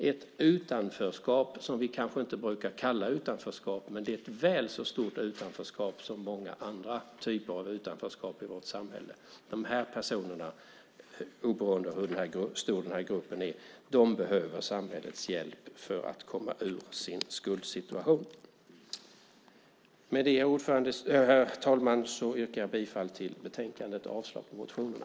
Det är ett väl så stort utanförskap som andra utanförskap i vårt samhälle, även om vi kanske inte brukar kalla det för det. De här personerna, oberoende av hur stor gruppen är, behöver samhällets hjälp för att komma ur sin skuldsituation. Med det, herr talman, yrkar jag bifall till förslaget i betänkandet och avslag på motionerna.